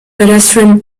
pedestrian